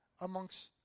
amongst